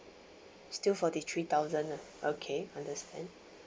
still forty three thousand lah okay understand